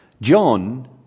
John